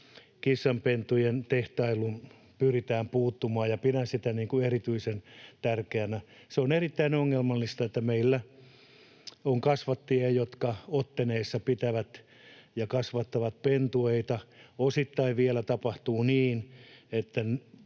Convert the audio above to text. kissanpentujen tehtailuun pyritään puuttumaan. Pidän sitä erityisen tärkeänä. On erittäin ongelmallista, että meillä on kasvattajia, jotka Otteneissa pitävät ja kasvattavat pentueita — osittain vielä tapahtuu niin,